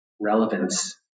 relevance